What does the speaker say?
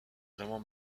vraiment